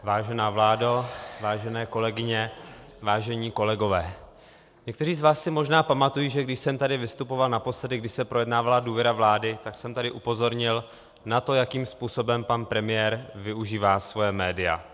Vážená vládo, vážené kolegyně, vážení kolegové, někteří z vás si možná pamatují, že když jsem tady vystupoval naposledy, když se projednávala důvěra vlády, tak jsem tady upozornil na to, jakým způsobem pan premiér využívá svoje média.